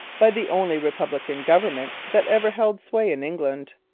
by the only republican government that ever held sway in england.